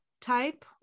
type